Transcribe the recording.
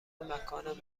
مکان